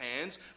hands